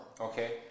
Okay